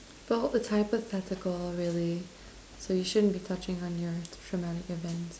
well it's hypothetical really so you shouldn't be touching on your traumatic events